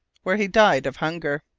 where he died of hunger.